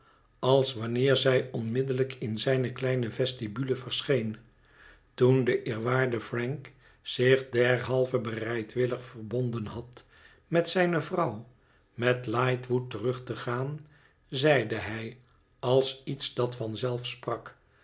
als wanneer zij onmiddellijk in zijne kleine vestibule verscheen toen de eerwaarde frank zich derhalve bereidwillig verbonden had met zijne vrouw met lightwood terug te gaan zeide hij als iets dat van